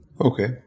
Okay